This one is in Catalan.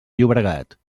llobregat